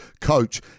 coach